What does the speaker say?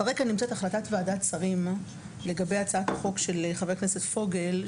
ברקע נמצאת החלטת ועדת שרים לגבי הצעת החוק של חבר הכנסת פוגל,